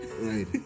Right